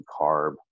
carb